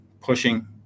pushing